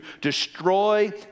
destroy